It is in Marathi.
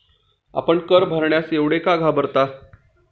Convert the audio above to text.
आपण कर भरण्यास एवढे का घाबरता?